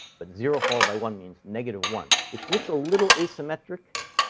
but zero followed by one means negative one, which looks a little asymmetric.